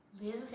live